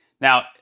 Now